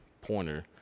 pointer